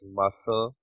muscle